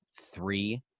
three